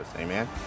Amen